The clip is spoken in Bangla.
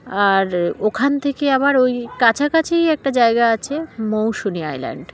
আর ওখান থেকে আর ওই কাছাকাছি একটা জায়গা আছে মৌসুনি আইল্যান্ড